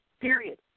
period